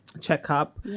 checkup